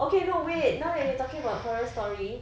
okay no wait now you're talking about horror story